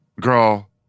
Girl